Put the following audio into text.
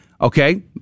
Okay